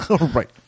right